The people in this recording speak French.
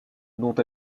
dont